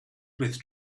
with